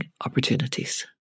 opportunities